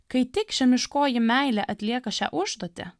kai tik žemiškoji meilė atlieka šią užduotį